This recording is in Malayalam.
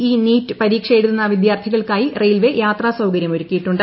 ഇ നീറ്റ് പരീക്ഷ എഴുതുന്ന വിദ്യാർത്ഥികൾക്കായി റെയിൽവേ യാത്രാസൌകര്യമൊരുക്കിയിട്ടുണ്ട്